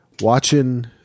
Watching